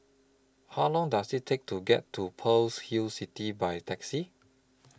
How Long Does IT Take to get to Pearl's Hill City By Taxi